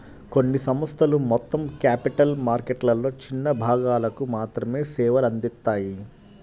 కొన్ని సంస్థలు మొత్తం క్యాపిటల్ మార్కెట్లలో చిన్న భాగాలకు మాత్రమే సేవలు అందిత్తాయి